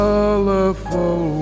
Colorful